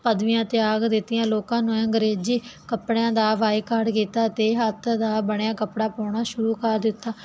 ਪਦਵੀਆਂ ਤਿਆਗ ਦਿੱਤੀਆਂ ਲੋਕਾਂ ਨੂੰ ਅੰਗਰੇਜ਼ੀ ਕੱਪੜਿਆਂ ਦਾ ਬਾਈਕਾਟ ਕੀਤਾ ਤੇ ਹੱਥ ਦਾ ਬਣਿਆ ਕੱਪੜਾ ਪਾਉਣਾ ਸ਼ੁਰੂ ਕਰ ਦਿੱਤਾ